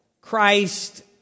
Christ